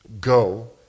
go